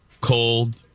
Cold